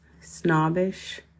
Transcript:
snobbish